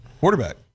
Quarterback